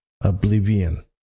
Oblivion